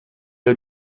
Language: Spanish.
los